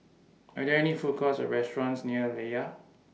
Are There any Food Courts Or restaurants near Layar